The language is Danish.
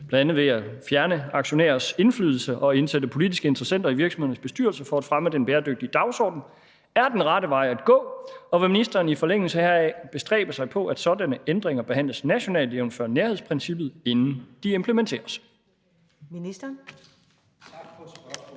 bl.a. ved at fjerne aktionærers indflydelse og indsætte politiske interessenter i virksomheders bestyrelser for at fremme den bæredygtige dagsorden – er den rette vej at gå, og vil ministeren i forlængelse heraf bestræbe sig på, at sådanne ændringer behandles nationalt, jf. nærhedsprincippet, inden de implementeres?